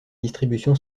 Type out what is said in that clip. distribution